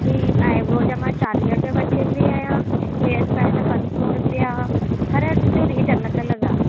जी eyebrow जा मां चालीह रुपिया वठंदी आहियां हेयर स्पा जा पंज सौ रुपिया हर हंधि जो रेट अलॻि अलॻि आहे